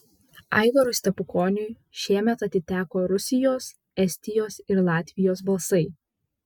aivarui stepukoniui šiemet atiteko rusijos estijos ir latvijos balsai